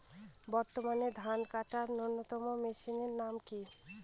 বর্তমানে ধান কাটার অন্যতম মেশিনের নাম কি?